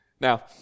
Now